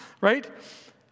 right